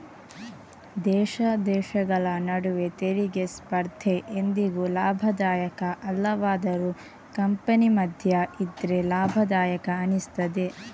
ದೇಶ ದೇಶಗಳ ನಡುವೆ ತೆರಿಗೆ ಸ್ಪರ್ಧೆ ಎಂದಿಗೂ ಲಾಭದಾಯಕ ಅಲ್ಲವಾದರೂ ಕಂಪನಿ ಮಧ್ಯ ಇದ್ರೆ ಲಾಭದಾಯಕ ಅನಿಸ್ತದೆ